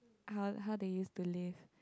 how how do you believe